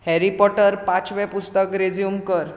Harry Potter पांचवें पुस्तक resume कर